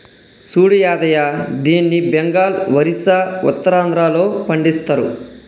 సూడు యాదయ్య దీన్ని బెంగాల్, ఒరిస్సా, ఉత్తరాంధ్రలో పండిస్తరు